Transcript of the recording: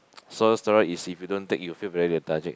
so steroid is if you don't take you feel very lethargic